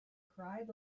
cried